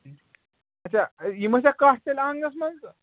اچھا یِم ٲسہ کٹھ تیٚلہِ اَنگَنس منٛز